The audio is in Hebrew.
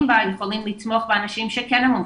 בהן יכולים לתמוך באנשים שכן המומחים.